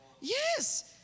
yes